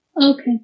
Okay